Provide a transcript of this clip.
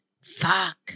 Fuck